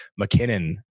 McKinnon